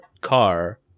car